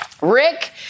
Rick